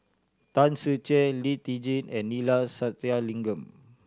Tan Ser Cher Lee Tjin and Neila Sathyalingam